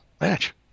match